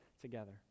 together